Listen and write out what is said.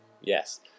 yes